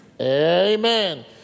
Amen